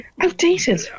outdated